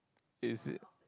is it